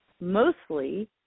mostly